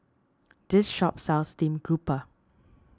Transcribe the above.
this shop sells Stream Grouper